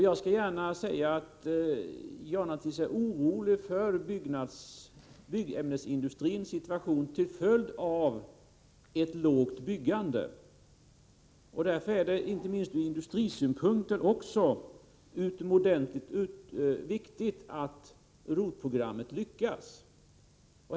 Jag skall gärna säga att jag naturligtvis är orolig för byggämnesindustrins situation till följd av ett lågt byggande. Därför är det inte minst ur industrisynpunkter utomordentligt viktigt att ROT-programmet lyckas.